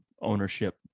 ownership